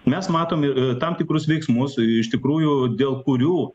mes matom tam tikrus veiksmus iš tikrųjų dėl kurių